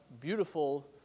beautiful